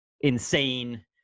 insane